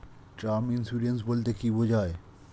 Term insurance বলতে কী বোঝায়?